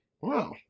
Wow